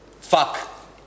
Fuck